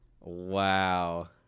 Wow